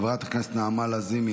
חברת הכנסת נעמה לזימי,